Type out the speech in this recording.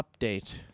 update